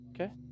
Okay